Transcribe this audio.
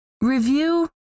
review